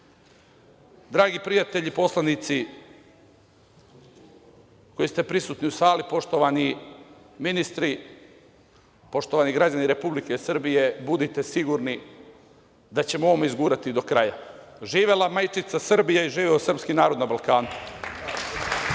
nas. Dragi prijatelji, poslanici koji ste prisutni u sali, poštovani ministri, poštovani građani Republike Srbije, budite sigurni da ćemo u ovome izgurati do kraja. Živela majčica Srbija i živeo srpski narod na Balkanu!